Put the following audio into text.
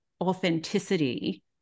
authenticity